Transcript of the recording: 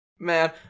Man